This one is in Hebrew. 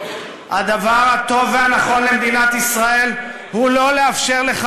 הדבר הטוב והנכון למדינת ישראל הוא לא לאפשר לך